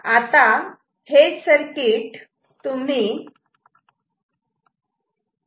आता हे सर्किट तुम्ही कसे रियलायझेशन कराल